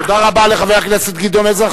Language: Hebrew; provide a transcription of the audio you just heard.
תודה רבה לחבר הכנסת גדעון עזרא.